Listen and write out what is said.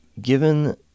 given